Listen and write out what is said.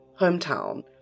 hometown